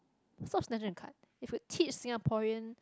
stop snatching the card if would teach Singaporean